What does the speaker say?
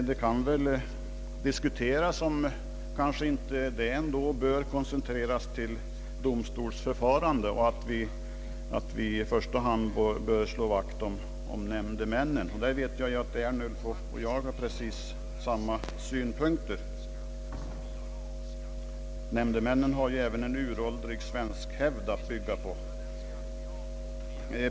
Det kan dock diskuteras om inte detta lekmannainslag bör gälla domstolsförfarandet och att vi i första hand bör slå vakt om nämndemännen. I den frågan vet jag att herr Ernulf och jag har samma inställning. Nämndemännen har ju en uråldrig svensk hävd att bygga på.